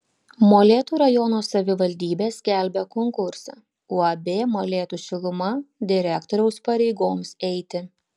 molėtų rajono savivaldybė skelbia konkursą uab molėtų šiluma direktoriaus pareigoms eiti